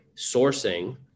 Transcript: sourcing